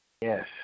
Yes